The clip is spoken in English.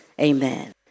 Amen